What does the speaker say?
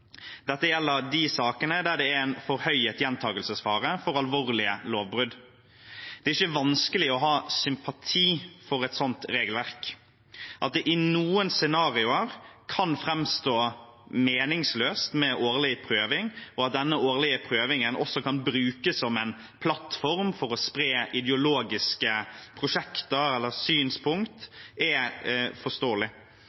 Dette gjelder de sakene der det er en forhøyet gjentakelsesfare for alvorlige lovbrudd. Det er ikke vanskelig å ha sympati for et sånt regelverk. At det i noen scenarioer kan framstå meningsløst med årlige prøvinger, og at denne årlige prøvingen også kan brukes som en plattform for å spre ideologiske prosjekter eller